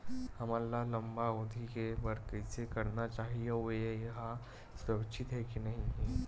हमन ला लंबा अवधि के बर कइसे करना चाही अउ ये हा सुरक्षित हे के नई हे?